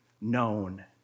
known